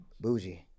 bougie